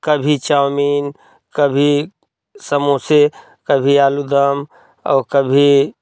कभी चाउमीन कभी समोसे कभी आलू दम और कभी